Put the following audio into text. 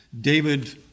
David